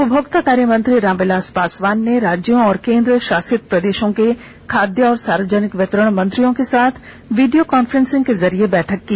उपभोक्ता कार्य मंत्री रामविलास पासवान ने राज्यों और केन्द्रशासित प्रदेशों के खाद्य और सार्वजनिक वितरण मंत्रियों के साथ वीडियो कान्फ्रेंस के जरिए बैठक की